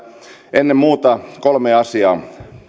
ennen muuta kolmea asiaa